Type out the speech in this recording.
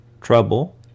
trouble